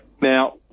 Now